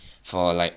for like